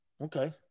Okay